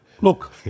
Look